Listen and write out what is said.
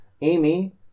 Amy